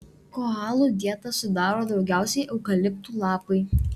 koalų dietą sudaro daugiausiai eukaliptų lapai